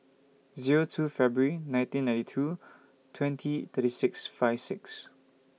Zero two Febrary nineteen ninety two twenty thirty six five six